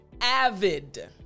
avid